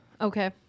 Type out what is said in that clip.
Okay